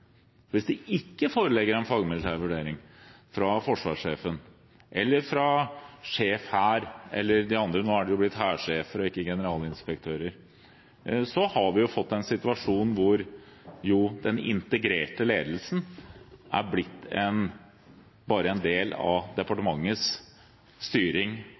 Hvis det ikke foreligger en fagmilitær vurdering fra forsvarssjefen, fra sjef Hær eller de andre – nå er de jo blitt hærsjefer og ikke generalinspektører – så har vi fått en situasjon hvor den integrerte ledelsen bare er blitt en del av departementets styring